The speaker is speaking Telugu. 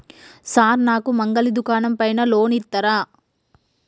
సార్ నాకు మంగలి దుకాణం పైన లోన్ ఇత్తరా?